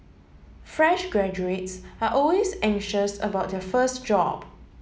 fresh graduates are always anxious about their first job